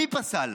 מי פסל?